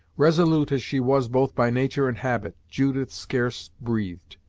resolute as she was both by nature and habit, judith scarce breathed,